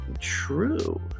true